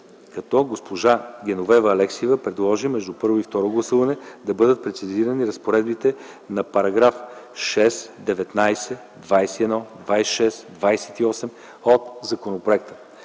като госпожа Геновева Алексиева предложи между първо и второ гласуване да бъдат прецизирани разпоредбите на § 6, 19, 21, 26 и 28 от законопроекта.